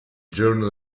giorno